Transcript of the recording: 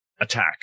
attack